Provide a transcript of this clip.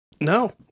No